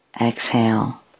exhale